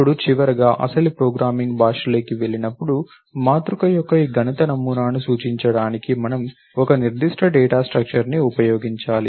ఇప్పుడు చివరగా అసలు ప్రోగ్రామింగ్ భాషలోకి వెళ్ళినప్పుడు మాతృక యొక్క ఈ గణిత నమూనాను సూచించడానికి మనము ఒక నిర్దిష్ట డేటా స్ట్రక్చర్ని ఉపయోగించాలి